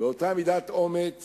באותה מידת אומץ